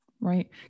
Right